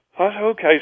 Okay